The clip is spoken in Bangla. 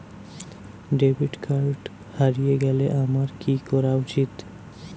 ডেবিট কার্ড হারিয়ে গেলে আমার কি করা উচিৎ?